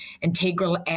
integral